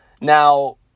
Now